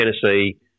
Tennessee